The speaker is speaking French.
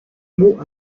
mot